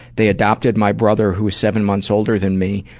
they adopted my brother who's seven months older than me,